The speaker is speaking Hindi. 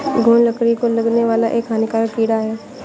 घून लकड़ी को लगने वाला एक हानिकारक कीड़ा है